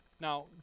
Now